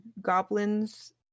goblins